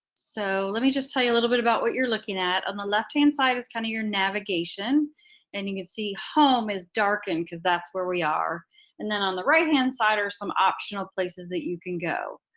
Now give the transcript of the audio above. so let me just tell you a little bit about what you're looking at. on the left hand side is kind of your navigation and you can see home is darkened because that's where we are and then on the right hand side are some optional places that you can go.